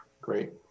great